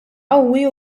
qawwi